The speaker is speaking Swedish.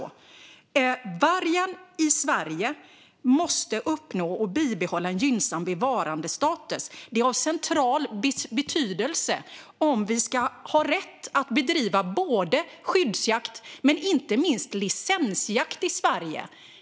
När det gäller vargen i Sverige måste en gynnsam bevarandestatus uppnås och bibehållas. Detta är av central betydelse om vi ska ha rätt att bedriva både skyddsjakt och inte minst licensjakt i Sverige.